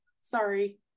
sorry